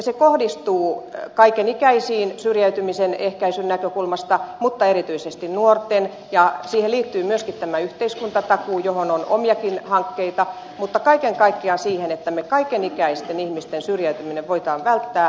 se kohdistuu kaikenikäisiin syrjäytymisen ehkäisyn näkökulmasta mutta erityisesti nuorten syrjäytymiseen ja siihen liittyy myöskin tämä yhteiskuntatakuu johon on omiakin hankkeita mutta kaiken kaikkiaan siihen että kaikenikäisten ihmisten syrjäytyminen voidaan välttää